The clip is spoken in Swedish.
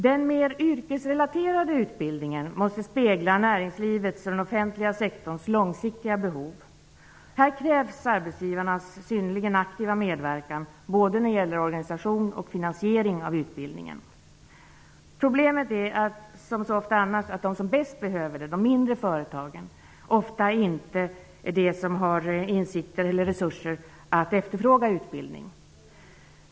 Den mer yrkesrelaterade utbildningen måste spegla näringslivets och den offentliga sektorns långsiktiga behov. Här krävs arbetsgivarnas synnerligen aktiva medverkan, både i organisation och i finansiering av utbildningen. Problemet är, som så ofta annars, att de som bäst behöver utbildning, ofta i de mindre företagen, inte är de som har insikter eller resurser att efterfråga utbildning.